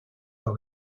los